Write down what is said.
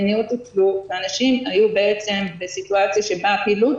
והאנשים היו בעצם בסיטואציה שבה הפעילות